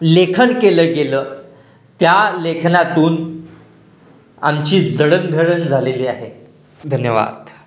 लेखन केलं गेलं त्या लेखनातून आमची जडणघडण झालेली आहे धन्यवाद